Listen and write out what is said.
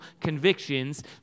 convictions